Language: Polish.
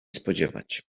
spodziewać